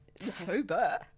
sober